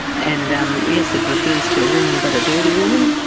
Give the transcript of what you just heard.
and um yes, it refers to a woman but a dirty woman.